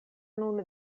nun